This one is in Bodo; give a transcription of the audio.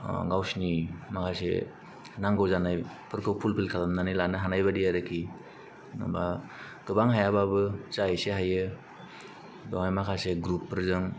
गावसिनि माखासे नांगौ जानायफोरखौ फुलफिल खालामनायखौ लानोहानाय बायदि आरोखि गोबां हायाबाबो जा एसे हायो बावहाय माखासे ग्रुपफोरजों